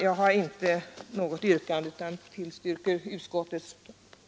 Jag har inte något yrkande utan tillstyrker utskottets förslag.